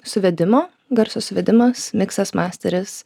suvedimo garso suvedimas miksas masteris